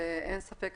אין ספק,